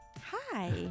Hi